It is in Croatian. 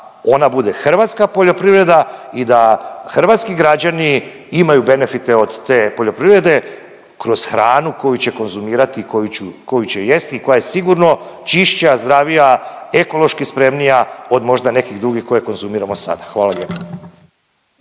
ona bude hrvatska poljoprivreda i da hrvatski građani imaju benefite od te poljoprivrede kroz hranu koju će konzumirati, koju će jesti i koja je sigurno čišća, zdravija, ekološki spremnija od možda nekih drugih koje konzumiramo sada, hvala